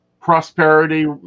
prosperity